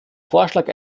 vorschlag